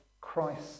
Christ